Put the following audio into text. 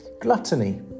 Gluttony